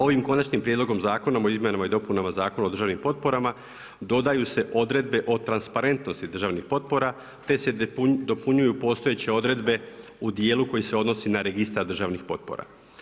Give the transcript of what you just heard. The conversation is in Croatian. Ovim konačnim prijedlogom zakona o izmjenama i dopunama Zakona o državnim potporama dodaju se odredbe o transparentnosti državnih potpora, te se dopunjuju postojeće odredbe u dijelu koji se odnosi na registar državnih potpora.